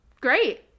Great